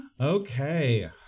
Okay